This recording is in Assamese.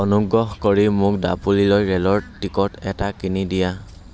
অনুগ্ৰহ কৰি মোক দাপোলিলৈ ৰে'লৰ টিকট এটা কিনি দিয়া